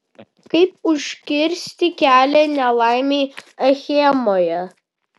kaip užkirsti kelią nelaimei achemoje